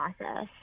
process